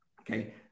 Okay